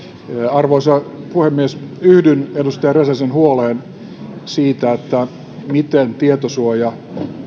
arvoisa puhemies yhdyn edustaja räsäsen huoleen siitä miten tietosuoja